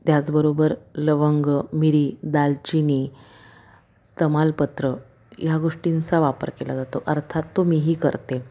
त्याचबरोबर लवंग मिरी दालचिनी तमालपत्र ह्या गोष्टींचा वापर केला जातो अर्थात तो मीही करते